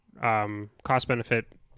cost-benefit